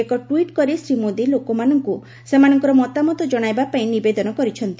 ଏକ ଟ୍ପିଟ୍ କରି ଶ୍ରୀ ମୋଦୀ ଲୋକମାନଙ୍କୁ ସେମାନଙ୍କର ମତାମତ ଜଣାଇବା ପାଇଁ ନିବେଦନ କରିଛନ୍ତି